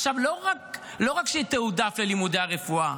עכשיו, לא רק שהיא תתועדף ללימודי הרפואה,